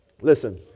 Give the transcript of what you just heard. Listen